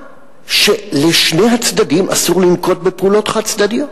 שלשני הצדדים אסור לנקוט פעולות חד-צדדיות.